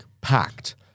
packed